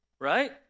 Right